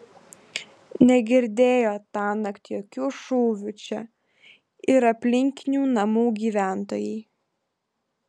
negirdėjo tąnakt jokių šūvių čia ir aplinkinių namų gyventojai